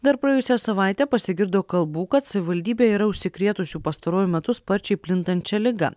dar praėjusią savaitę pasigirdo kalbų kad savivaldybėje yra užsikrėtusių pastaruoju metu sparčiai plintančia liga